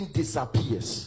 disappears